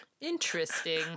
Interesting